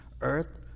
earth